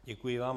Děkuji vám.